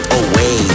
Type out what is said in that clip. away